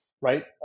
right